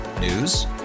News